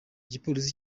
igipolisi